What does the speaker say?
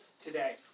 today